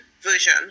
version